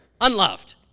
Unloved